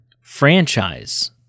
franchise